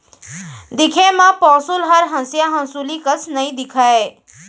दिखे म पौंसुल हर हँसिया हँसुली कस नइ दिखय